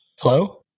Hello